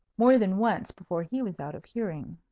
more than once before he was out of hearing.